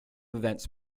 events